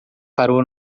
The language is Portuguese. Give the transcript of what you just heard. parou